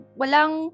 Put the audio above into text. walang